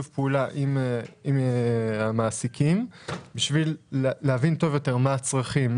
עם המעסיקים כדי להבין טוב יותר מה הצרכים.